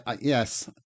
yes